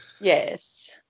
yes